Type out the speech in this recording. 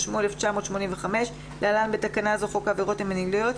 התשמ"ו-1985 (להלן בתקנה זו חוק העבירות המינהליות)